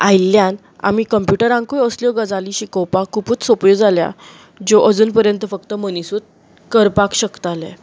आयिल्ल्यान आमी कंप्युटरांकुय असल्यो गजाली शिकोवपाक खूबच सोप्यो जाल्यात ज्यो अजून मेरेन फक्त मनीसच करपाक शकताले